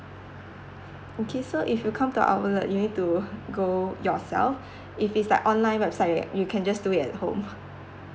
okay so if you come to our outlet you need to go yourself if it's like online website you can just do it at home